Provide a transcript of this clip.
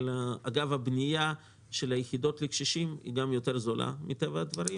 הבנייה של היחידות לקשישים היא גם זולה יותר מטבע הדברים,